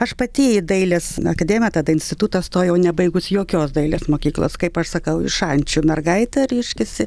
aš pati į dailės akademiją tada institutą stojau nebaigus jokios dailės mokyklos kaip aš sakau iš šančių mergaitė reiškiasi